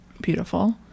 Beautiful